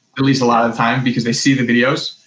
at least a lot of the time, because they see the videos.